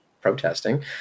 protesting